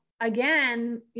again